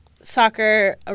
soccer